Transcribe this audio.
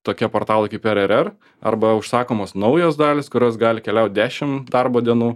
tokie portalai kaip r r r arba užsakomos naujos dalys kurios gali keliaut dešim darbo dienų